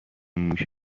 موش